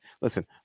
listen